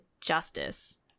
justice